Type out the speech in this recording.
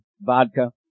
vodka